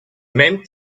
même